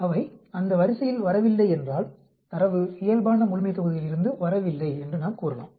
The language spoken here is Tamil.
அவை அந்த வரிசையில் வரவில்லை என்றால் தரவு இயல்பான முழுமைத்தொகுதியிலிருந்து வரவில்லை என்று நாம் கூறலாம்